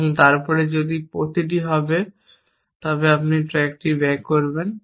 এবং তারপরে যদি প্রতিটি হবে তবে আপনি ট্র্যাকটি ব্যাক করবেন